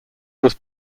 was